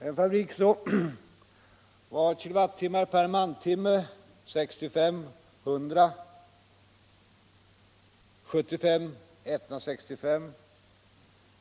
I en fabrik hade man följande siffror kWh/mantimme: År 1965 — 100, år 1975 — 165 och